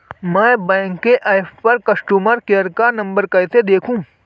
मैं बैंक के ऐप पर कस्टमर केयर का नंबर कैसे देखूंगी?